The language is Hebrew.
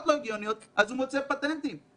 לא הגיוניות אז הוא מוצא פטנטים.